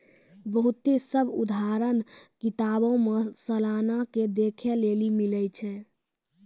बहुते सभ उदाहरण किताबो मे सलाना के देखै लेली मिलै छै